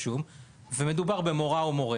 אם מדובר במוֹרָה או מוֹרֶה,